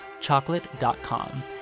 chocolate.com